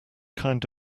kind